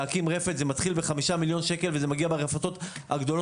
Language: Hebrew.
להקים רפת זה מתחיל ב-5 מיליון שקל וזה מגיע ברפתות הגדולות